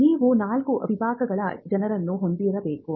ನೀವು ನಾಲ್ಕು ವಿಭಾಗಗಳ ಜನರನ್ನು ಹೊಂದಿರಬೇಕು